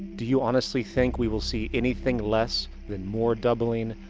do you honestly think we will see anything less than more doubling.